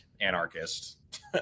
anarchist